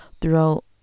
throughout